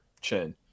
chin